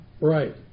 Right